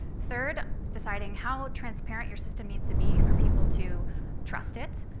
third, deciding how transparent your system needs to be for people to trust it.